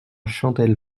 chandelle